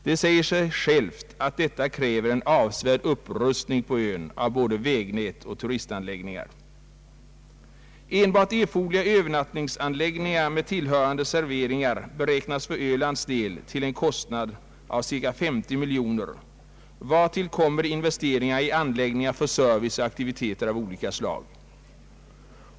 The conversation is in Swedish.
Det säger sig självt att detta kräver en avsevärd upprustning på ön av både vägnät och turistanläggningar. Enbart erforderliga övernattningsanläggningar med tillhörande serveringar beräknas för Ölands del till en kostnad av cirka 50 miljoner, vartill kommer investeringar i anläggningar för service och aktiviteter av olika slag.